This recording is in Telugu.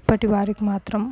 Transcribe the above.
ఇప్పటి వారికి మాత్రం